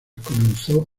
comenzó